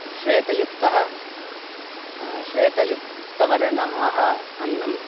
श्वेतयुक्तः श्वेतयुक्तवर्णः आहारः अन्नं